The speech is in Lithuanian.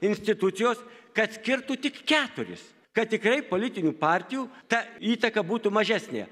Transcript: institucijos kad skirtų tik keturis kad tikrai politinių partijų ta įtaka būtų mažesnė